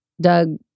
Doug